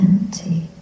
empty